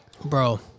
Bro